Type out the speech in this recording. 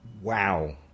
wow